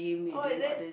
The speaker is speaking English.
oh is it